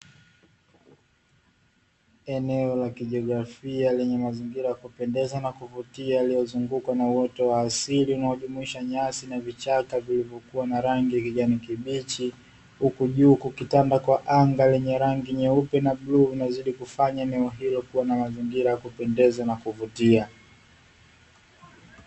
Eneo la kijiografia lenye mazingira ya kupendeza na kuvutia, lililozungukwa na uoto wa asili linalojumuisha nyasi na vichaka; vilivyokuwa na rangi ya kijani kibichi, huku juu kukitanda kwa anga lenye rangi nyeupe na bluu, inayozidi kufanya eneo hilo kuwa na mazingira ya kupendeza na kuvutia.